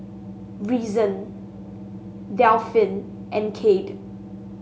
Reason Delphin and Kade